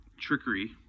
trickery